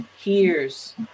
Hears